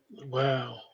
Wow